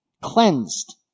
cleansed